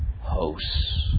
hosts